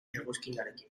egoskinarekin